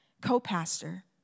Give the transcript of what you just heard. co-pastor